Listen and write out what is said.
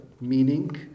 meaning